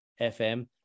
FM